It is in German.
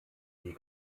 die